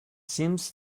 seems